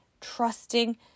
trusting